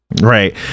Right